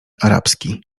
arabski